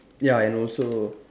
ya and also